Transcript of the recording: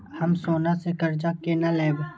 हम सोना से कर्जा केना लैब?